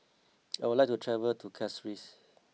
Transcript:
I would like to travel to Castries